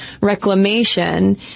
reclamation